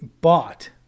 bought